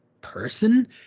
person